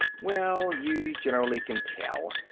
well, you generally can tell.